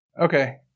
Okay